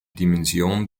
dimension